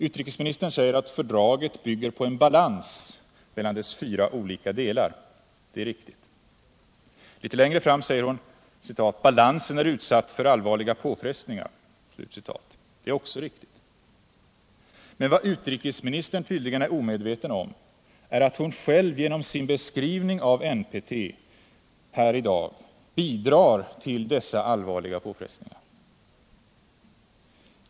Utrikesministern säger att fördraget bygger på en balans mellan dess olika delar. Det är riktigt. Litet längre fram säger hon: ”Balansen är utsatt för allvarliga påfrestningar.” Det är också riktigt. Men vad utrikesministern tydligen är omedveten om, är att hon själv genom sin beskrivning av NPT i dag bidrar till dessa allvarliga påfrestningar.